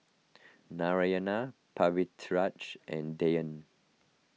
Narayana Pritiviraj and Dhyan